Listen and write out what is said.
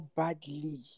badly